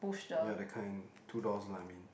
ya that kind two doors lah I mean